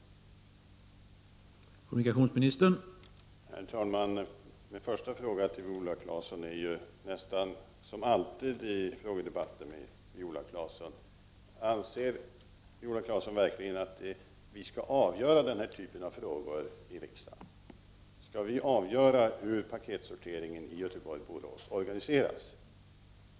smile rss En BEN